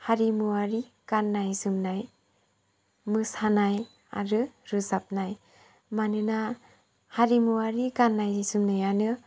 हारिमुआरि गाननाय जोमनाय मोसानाय आरो रोजाबनाय मानोना हारिमुवारि गाननाय जोमनायानो